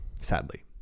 sadly